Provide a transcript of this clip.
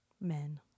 Men